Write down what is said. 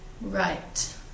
Right